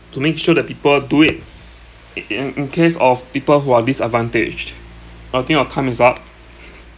to make sure that people do it in in in case of people who are disadvantaged I think our time is up